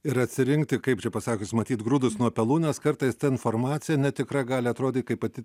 ir atsirinkti kaip čia pasakius matyt grūdus nuo pelų nes kartais ta informacija netikra gali atrodyt kaip pati